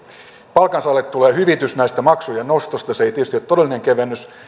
palkansaajille tulee hyvitys näistä maksujen nostoista se ei tietysti ole todellinen kevennys